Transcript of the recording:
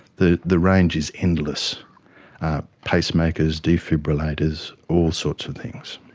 the the range is endless pacemakers, defibrillators, all sorts of things.